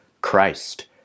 Christ